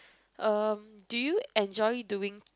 um do you enjoy doing